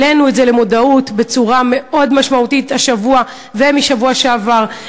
העלינו את זה למודעות בצורה מאוד משמעותית השבוע ובשבוע שעבר,